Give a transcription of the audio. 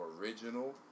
original